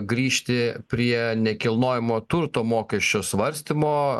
grįžti prie nekilnojamo turto mokesčio svarstymo